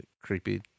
creepy